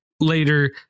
later